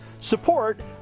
support